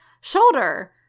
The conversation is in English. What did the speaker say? shoulder